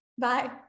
Bye